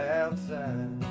outside